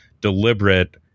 deliberate